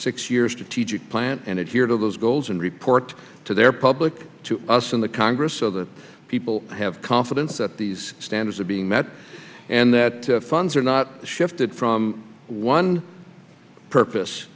six years to teach it plan and adhere to those goals and report to their public to us in the congress so that people have confidence that these standards are being met and that funds are not shifted from one purpose